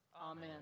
Amen